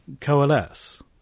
coalesce